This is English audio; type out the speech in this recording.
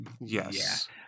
Yes